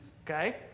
okay